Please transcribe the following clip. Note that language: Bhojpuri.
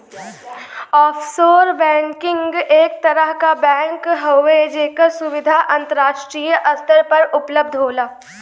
ऑफशोर बैंकिंग एक तरह क बैंक हउवे जेकर सुविधा अंतराष्ट्रीय स्तर पर उपलब्ध होला